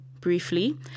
briefly